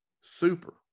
super